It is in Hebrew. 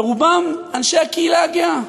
הם אנשי הקהילה הגאה.